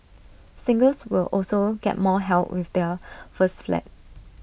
singles will also get more help with their first flat